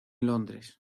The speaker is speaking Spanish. londres